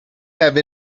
have